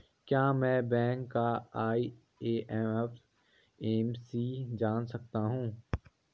क्या मैं बैंक का आई.एफ.एम.सी जान सकता हूँ?